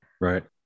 right